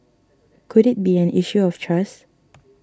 could it be an issue of trust